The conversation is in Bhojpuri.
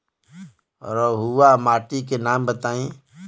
रहुआ माटी के नाम बताई?